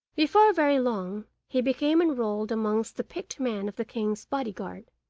before very long, he became enrolled amongst the picked men of the king's bodyguard.